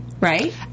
Right